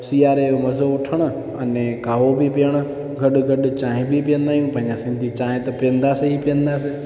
सियारे जो मज़ो वठणु अने कावो बि पीअण सभु गॾु गॾु चाहिं बि पीअंदा आहियूं पंहिंजा सिंधी त चाहिं त पीअंदासीं पीअंदासीं